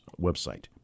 website